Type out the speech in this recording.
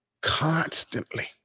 constantly